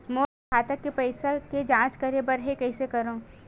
मोर खाता के पईसा के जांच करे बर हे, कइसे करंव?